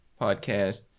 podcast